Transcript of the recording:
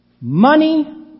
money